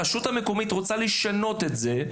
הרשות המקומית רוצה לשנות את זה,